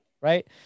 Right